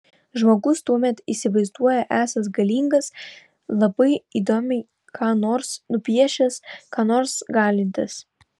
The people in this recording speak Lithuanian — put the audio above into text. žmogus tuomet įsivaizduoja esąs galingas labai įdomiai ką nors nupiešęs ką nors galintis